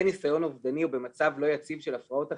ניסיון אובדני או במצב לא יציב של הפרעות אכילה.